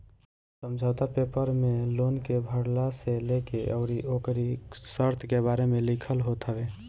समझौता पेपर में लोन के भरला से लेके अउरी ओकरी शर्त के बारे में लिखल होत हवे